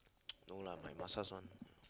no lah my massage one